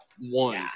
one